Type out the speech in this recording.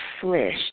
flesh